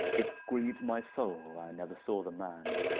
it grieves my soul i never saw the man